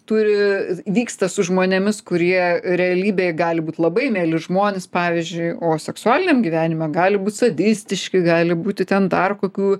turi vyksta su žmonėmis kurie realybėj gali būti labai mieli žmonės pavyzdžiui o seksualiniam gyvenime gali būt sadistiški gali būti ten dar kokių